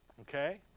Okay